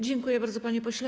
Dziękuję bardzo, panie pośle.